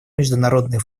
международные